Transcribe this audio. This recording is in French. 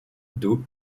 d’eau